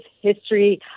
history